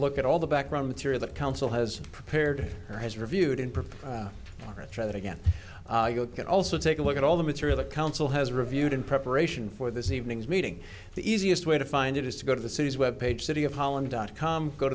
look at all the back row material that council has prepared or has reviewed and prefer to try that again it could also take a look at all the material the council has reviewed in preparation for this evening's meeting the easiest way to find it is to go to the city's web page city of holland dot com go